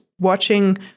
watching